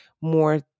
more